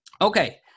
okay